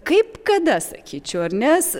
kaip kada sakyčiau ar ne nes